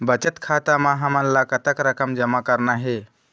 बचत खाता म हमन ला कतक रकम जमा करना हे?